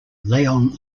leon